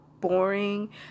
boring